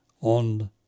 on